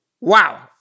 Wow